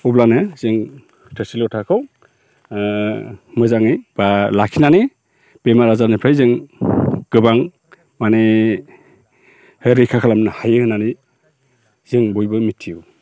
अब्लानो जों थोरसि लथाखौ मोजाङै लाखिनानै बेमार आजारनिफ्राय जों गोबां माने रैखा खालामनो हायो होननानै जों बयबो मिथिगौ